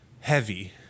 heavy